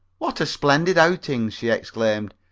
what a splendid outing! she exclaimed.